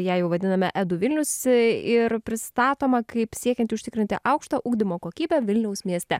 ją jau vadiname edu vilnius ir pristatoma kaip siekianti užtikrinti aukštą ugdymo kokybę vilniaus mieste